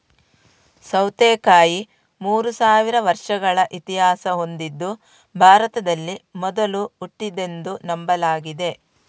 ಸೌತೆಕಾಯಿ ಮೂರು ಸಾವಿರ ವರ್ಷಗಳ ಇತಿಹಾಸ ಹೊಂದಿದ್ದು ಭಾರತದಲ್ಲಿ ಮೊದಲು ಹುಟ್ಟಿದ್ದೆಂದು ನಂಬಲಾಗಿದೆ